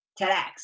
TEDx